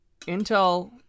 Intel